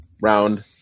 round